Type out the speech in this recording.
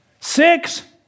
Six